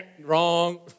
Wrong